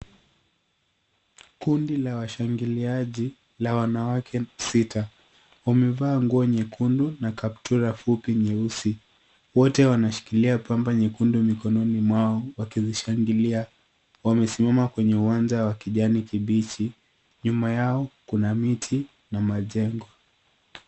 Kundi wa washangiliaji la wanawake sita. Wamevaa nguo nyekundu na kaptura fupi nyeusi. Wote wanashikilia pamba nyekundu mikononi mwao wakizishangilia. Wamesimama kwenye uwanja wa kijani kibichi. Nyuma yao kuna miti na majengo.